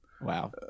Wow